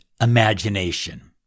imagination